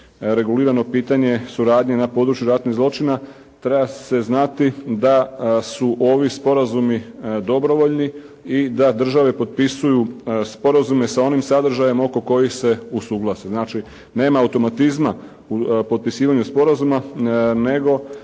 regulirano pitanje suradnje na području ratnih zločina? Treba se znati da su ovi sporazumi dobrovoljni i da države potpisuju sporazume sa onim sadržajem oko kojih se usuglase. Znači, nema automatizma u potpisivanju sporazuma, nego